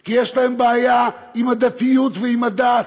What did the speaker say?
כי יש להם בעיה עם הדתיות ועם הדת,